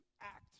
act